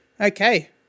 Okay